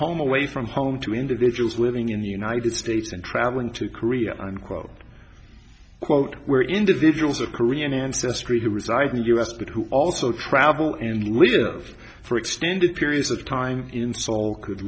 home away from home to individuals willing in the united states and traveling to korea unquote quote where individuals are korean ancestry to reside in the u s but who also travel and live for extended periods of time in seoul could